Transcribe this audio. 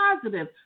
positive